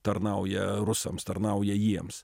tarnauja rusams tarnauja jiems